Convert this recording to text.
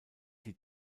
die